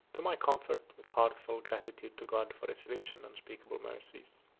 to my comfort, with heartfelt gratitude to god for his rich and unspeakable mercies.